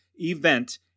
event